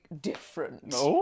different